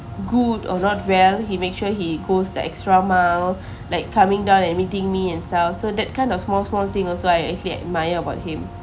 good or not well he made sure he goes the extra mile like coming down and meeting me and stuff so that kind of small small thing also I actually admire about him